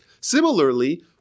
Similarly